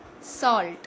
Salt